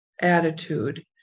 attitude